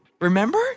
Remember